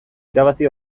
irabazi